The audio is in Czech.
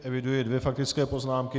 Eviduji dvě faktické poznámky.